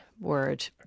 word